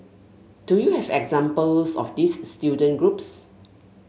do you have examples of these student groups